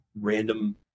random